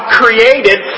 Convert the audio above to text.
created